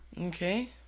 Okay